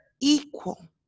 equal